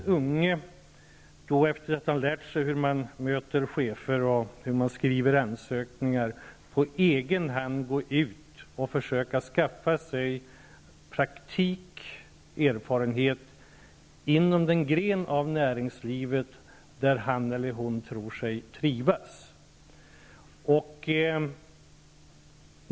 Den unge skall efter att ha lärt sig hur man möter chefer och skriver ansökningar på egen hand gå ut och försöka skaffa sig praktik och erfarenhet inom den gren av näringslivet där han eller hon tror sig trivas.